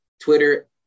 Twitter